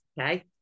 Okay